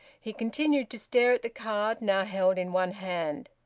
he continued to stare at the card, now held in one hand.